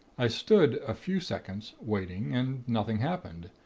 i stood a few seconds, waiting, and nothing happened,